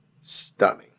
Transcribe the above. stunning